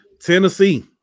Tennessee